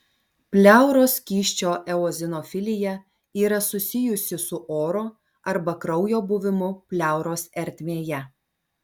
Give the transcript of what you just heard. pleuros skysčio eozinofilija yra susijusi su oro arba kraujo buvimu pleuros ertmėje